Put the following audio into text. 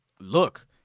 Look